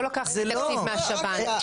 לא לקחנו שום תקציב מהשב"ן.